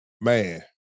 man